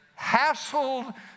hassled